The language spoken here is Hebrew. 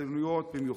והקטלניות במיוחד?